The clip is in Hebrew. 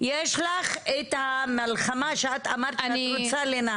יש לך את המלחמה שאת אמרת שאת רוצה לנהל.